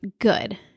good